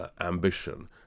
ambition